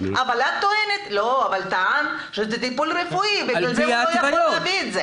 את טענת שזה טיפול רפואי ובגלל זה הוא לא יכול להביא את זה.